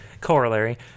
corollary